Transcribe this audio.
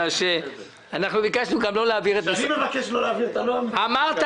כשאני מבקש לא להעביר אתה לא --- אמרת